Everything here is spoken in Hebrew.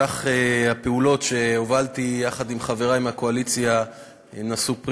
כך הפעולות שהובלתי יחד עם חברי מהקואליציה נשאו פרי.